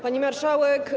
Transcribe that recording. Pani Marszałek!